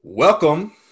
Welcome